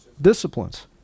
Disciplines